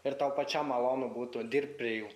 ir tau pačiam malonu būtų dirbti prie jų